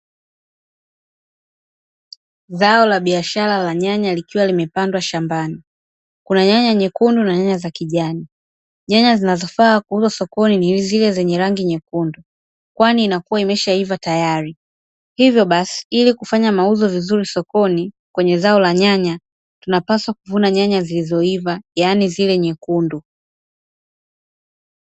Zao la biashara la nyanya lkiwaimepandwa shambani, Kuna nyanya nyekundu na nyanya za kijani, Nyanya zinazo faa kuuzwa sokoni ni zile zenye rangi nyekundu kwani zinakuwa zimeshaiva tayari, hivyo basi ili kufanya biashara nzuri sokoni kwenye zao la nyanya tunapaswa kuvuna nyanya zilizoiva yaani zile nyekundu.